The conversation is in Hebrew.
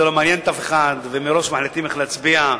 זה לא מעניין אף אחד ומראש מחליטים איך להצביע.